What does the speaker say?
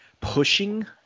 pushing